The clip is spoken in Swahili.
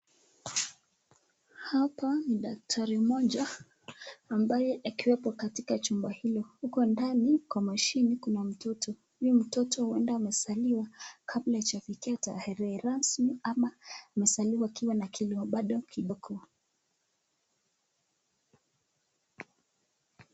Hapa ni daktari mmoja ambaye akiwa hapo katika chumba hilo, huko ndani kwa mashini kuna mtoto . Huyo mtoto huenda amezaliwa kabla hajafikia tarehe rasmi ama amezaliwa kama ako na kilo bado kidogo.